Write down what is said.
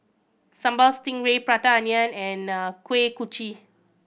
Sambal Stingray Prata Onion and Kuih Kochi